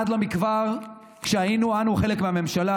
עד לא מכבר, כשהיינו אנו חלק מהממשלה,